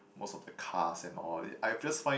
most of the cast and all I just find